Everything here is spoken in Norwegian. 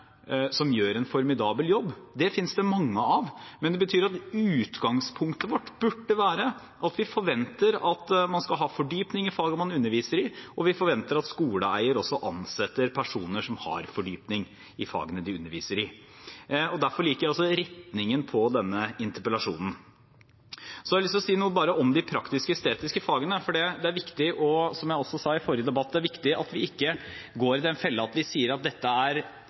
som gjør en formidabel jobb. Dem finnes det mange av. Men det betyr at utgangspunktet vårt burde være at vi forventer at man skal ha fordypning i faget man underviser i, og vi forventer at skoleeier ansetter personer som har fordypning i fagene de underviser i. Derfor liker jeg også retningen på denne interpellasjonen. Så har jeg lyst til å si noe om de praktisk-estetiske fagene. Det er viktig – som jeg også sa i forrige debatt – at vi ikke går i den fella at vi sier at dette er